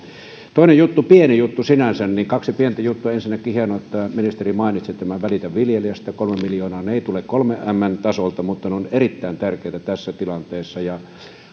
toinen juttu pieni juttu sinänsä tai kaksi pientä juttua ensinnäkin on hienoa että ministeri mainitsi tämän välitä viljelijästä kolme miljoonaa ne eivät tule kolmen mn tasolta mutta ne ovat erittäin tärkeitä tässä tilanteessa